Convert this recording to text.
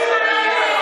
החילונים,